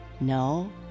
no